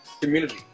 community